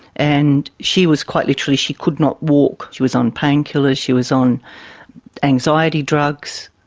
and she was quite literally, she could not walk. she was on painkillers, she was on anxiety drugs.